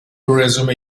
resume